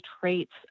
traits